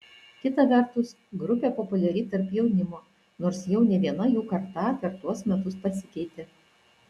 kita vertus grupė populiari tarp jaunimo nors jau ne viena jų karta per tuos metus pasikeitė